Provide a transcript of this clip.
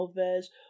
others